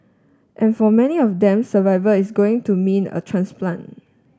and for many of them survival is going to mean a transplant